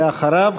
ואחריו,